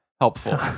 Helpful